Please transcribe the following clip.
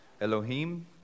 Elohim